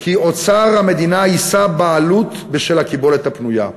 כי אוצר המדינה יישא בעלות בשל הקיבולת הפנויה.